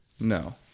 No